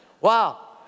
Wow